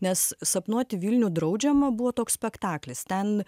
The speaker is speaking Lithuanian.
nes sapnuoti vilnių draudžiama buvo toks spektaklis ten